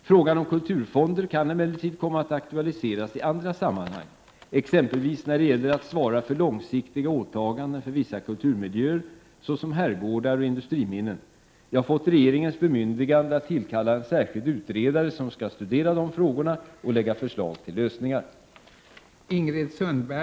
Frågan om kulturfonder kan emellertid komma att aktualiseras i andra sammanhang, exempelvis när det gäller att svara för långsiktiga åtaganden för vissa kulturmiljöer, såsom herrgårdar och industriminnen. Jag har fått regeringens bemyndigande att tillkalla en särskild utredare som skall studera dessa frågor och lägga fram förslag till lösningar.